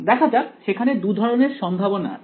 দেখা যাক সেখানে দুধরনের সম্ভাবনা আছে